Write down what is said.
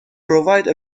provide